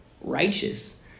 righteous